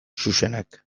xuxenek